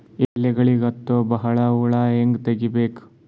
ಎಲೆಗಳಿಗೆ ಹತ್ತೋ ಬಹಳ ಹುಳ ಹಂಗ ತೆಗೀಬೆಕು?